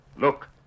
Look